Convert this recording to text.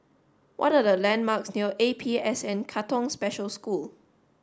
what are the landmarks near A P S N Katong Special School